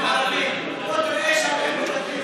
בוא תראה,